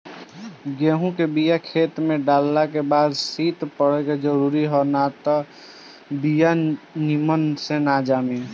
गेंहू के बिया खेते में डालल के बाद शीत पड़ल जरुरी हवे नाही त बिया निमन से ना जामे